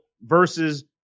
versus